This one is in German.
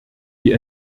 die